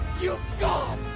you god!